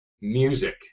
music